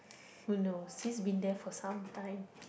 who knows he's been there for some time